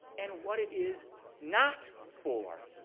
and what it is not for.